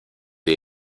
día